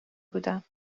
بودم